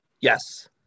Yes